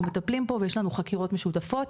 מטפלים פה ויש לנו חקירות משותפות,